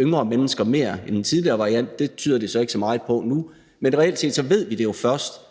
yngre mennesker mere end den tidligere variant – det tyder det så ikke så meget på nu, men reelt set ved vi det jo først,